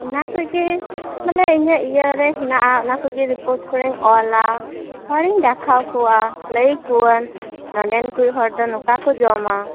ᱚᱱᱟ ᱠᱚᱜᱮ ᱢᱟᱱᱮ ᱤᱧᱟᱹᱜ ᱤᱭᱟᱹᱨᱮ ᱦᱮᱱᱟᱜᱼᱟ ᱚᱱᱟ ᱠᱚᱜᱮ ᱨᱤᱯᱳᱨᱴ ᱠᱚᱨᱮᱧ ᱚᱞᱟ ᱦᱚᱲᱤᱧ ᱫᱮᱠᱷᱟᱣ ᱟᱠᱚᱣᱟ ᱞᱟᱹᱭ ᱟᱠᱚᱣᱟᱹᱧ ᱱᱚᱸᱰᱮᱱ ᱠᱚ ᱦᱚᱲᱫᱚ ᱱᱚᱝᱠᱟ ᱠᱚ ᱡᱚᱢᱟ